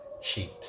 sheep